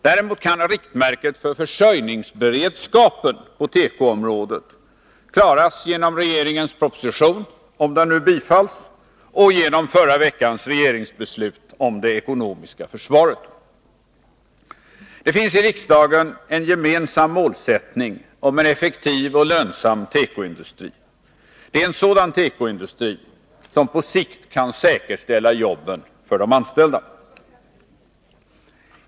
Däremot kan riktmärket för försörjningsberedskapen på tekoområdet klaras genom regeringens proposition — om den nu bifalls — och genom förra veckans regeringsbeslut om det ekonomiska försvaret. Det finns i riksdagen en gemensam målsättning om en effektiv och lönsam tekoindustri. Det är en sådan tekoindustri som på sikt kan säkerställa jobben för de anställda.